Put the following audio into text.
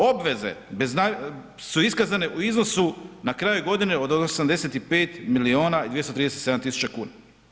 Obveze su iskazane u iznosu na kraju godine od 85 milijuna i 237 tisuća kuna.